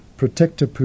Protector